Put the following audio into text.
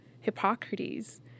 Hippocrates